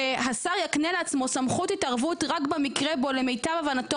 "והשר יקנה לעצמו סמכות התערבות רק במקרה בו למיטב הבנתו